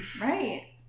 Right